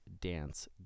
dance